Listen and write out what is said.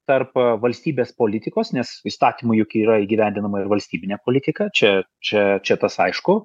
tarp valstybės politikos nes įstatymu juk yra įgyvendinama ir valstybinė politika čia čia čia tas aišku